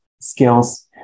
skills